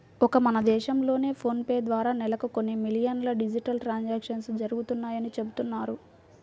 ఒక్క మన దేశంలోనే ఫోన్ పే ద్వారా నెలకు కొన్ని మిలియన్ల డిజిటల్ ట్రాన్సాక్షన్స్ జరుగుతున్నాయని చెబుతున్నారు